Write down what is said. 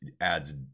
adds